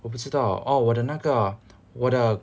我不知道 oh 我的那个我的